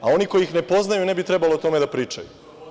A, oni koji ih ne poznaju, ne bi trebalo o tome da pričaju.